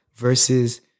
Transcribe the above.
versus